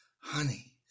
honey